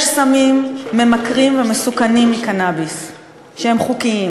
יש סמים ממכרים ומסוכנים מקנאביס שהם חוקיים,